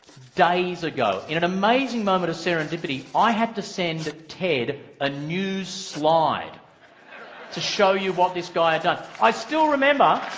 days ago. in an amazing moment of serendipity, i had to send ted a new slide to show you what this guy had done. i still remember